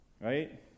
Right